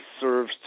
serves